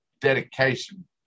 dedication